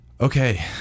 Okay